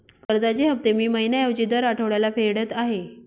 कर्जाचे हफ्ते मी महिन्या ऐवजी दर आठवड्याला फेडत आहे